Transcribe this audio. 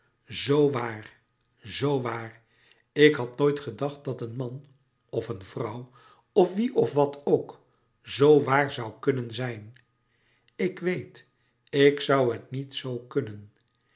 waar z waar ik had nooit gedacht dat een man of een vrouw of wie of wat ook z o o w a a r z o û k u n n e n z i j n ik louis couperus metamorfoze weet ik zoû het niet zoo kunnen